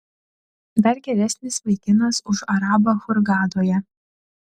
dar geresnis vaikinas už arabą hurgadoje